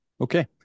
Okay